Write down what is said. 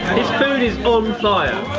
his food is on fire!